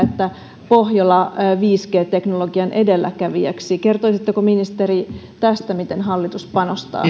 pohjola viisi g teknologian edelläkävijäksi kertoisitteko ministeri tästä miten hallitus panostaa